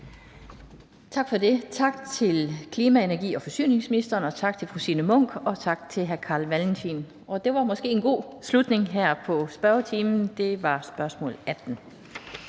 Tak for det. Tak til klima-, energi- og forsyningsministeren, tak til fru Signe Munk, og tak til hr. Carl Valentin. Det var måske en god slutning her på spørgetiden, med spørgsmål nr.